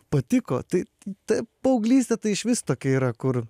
patiko tai tai paauglystė tai išvis tokia yra kur